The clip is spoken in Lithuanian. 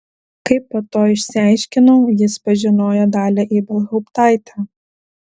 kaip po to išsiaiškinau jis pažinojo dalią ibelhauptaitę